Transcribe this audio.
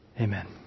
Amen